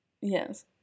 Yes